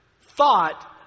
thought